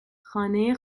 خانه